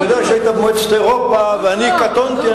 אני יודע שהיית במועצת אירופה, ואני קטונתי.